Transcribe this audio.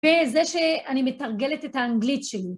בזה שאני מתרגלת את האנגלית שלי.